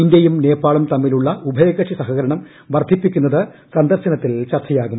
ഇന്ത്യിയും നേപ്പാളും തമ്മിലുള്ള ഉഭയകക്ഷി സഹകരണ്ണക്പ്പർധിപ്പിക്കുന്നത് സന്ദർശനത്തിൽ ചർച്ചയാകും